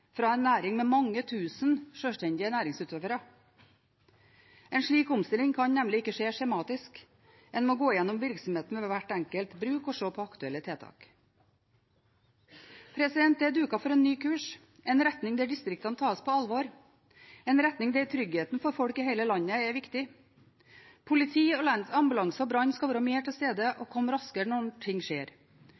fra en næring med mange tusen sjølstendige næringsutøvere. En slik omstilling kan nemlig ikke skje skjematisk. En må gå gjennom virksomheten ved hvert enkelt bruk og se på aktuelle tiltak. Det er duket for en ny kurs, en retning der distriktene tas på alvor, en retning der tryggheten for folk i hele landet er viktig. Politi, ambulanse og brannvesen skal være mer til stede og komme raskere når noe skjer.